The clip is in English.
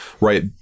right